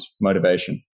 motivation